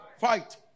Fight